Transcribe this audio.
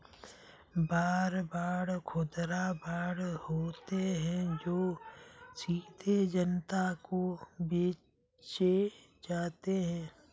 war bond खुदरा bond होते हैं जो सीधे जनता को बेचे जाते हैं